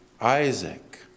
Isaac